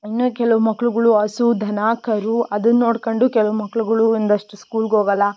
ಇನ್ನೂ ಕೆಲವು ಮಕ್ಳುಗಳು ಹಸು ದನ ಕರು ಅದನ್ನು ನೋಡ್ಕೊಂಡು ಕೆಲವು ಮಕ್ಳುಗಳು ಒಂದಷ್ಟು ಸ್ಕೂಲ್ಗೆ ಹೋಗೋಲ್ಲ